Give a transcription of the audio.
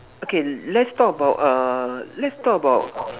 okay let's talk about err let's talk about